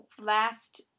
Last